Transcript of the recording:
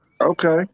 Okay